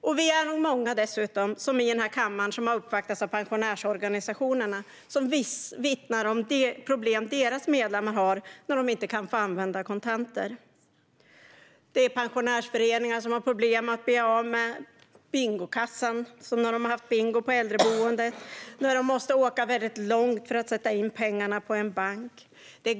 Dessutom vittnar pensionärsorganisationerna, som vi nog är många i den här kammaren som har uppvaktats av, om de problem deras medlemmar har när de inte kan få använda kontanter. Pensionärsföreningar har problem med att bli av med bingokassan när de haft bingo på äldreboendet. De måste åka väldigt långt för att sätta in pengarna på en bank.